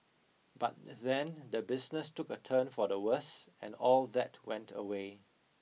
but then the business took a turn for the worse and all that went away